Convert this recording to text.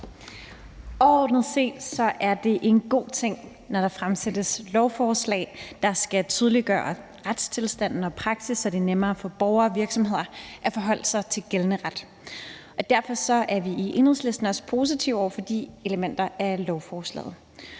set er det en god ting, når der fremsættes lovforslag, der skal tydeliggøre retstilstanden og praksis, så det er nemmere for borgere og virksomheder at forholde sig til gældende ret, og derfor er vi i Enhedslisten også positive over for de elementer af lovforslaget.